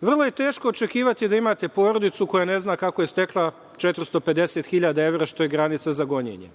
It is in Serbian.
Vrlo je teško očekivati da imate porodicu koja ne zna kako je stekla 450.000 evra, što je granica za gonjenje,